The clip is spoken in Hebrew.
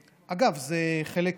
אגב, אני חייב להגיד שזה חלק